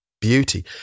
beauty